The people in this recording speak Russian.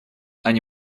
они